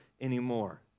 anymore